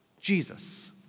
Jesus